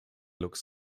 looks